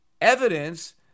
evidence